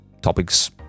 topics